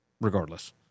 regardless